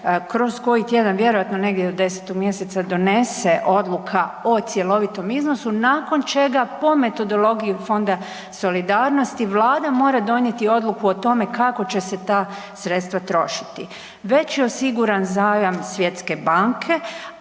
kroz koji tjedan, vjerojatno negdje do 10. mjeseca, donese odluka o cjelovitom iznosu nakon čega po metodologiji Fonda solidarnosti vlada mora donijeti odluku o tome kako će se ta sredstva trošiti. Već je osiguran zajam Svjetske banke,